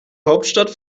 hauptstadt